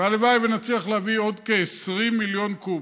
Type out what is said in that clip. והלוואי שנצליח להביא עוד כ-20 מיליון קוב,